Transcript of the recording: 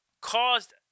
caused